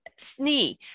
Snee